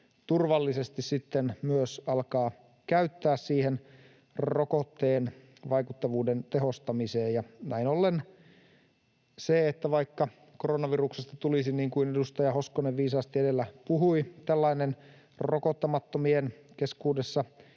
turvallisesti myös alkaa käyttää siihen rokotteen vaikuttavuuden tehostamiseen. Näin ollen, vaikka koronaviruksesta tulisi, niin kuin edustaja Hoskonen viisaasti edellä puhui, tällainen rokottamattomien keskuudessa